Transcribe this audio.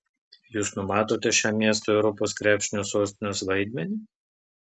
jūs numatote šiam miestui europos krepšinio sostinės vaidmenį